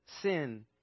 sin